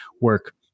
work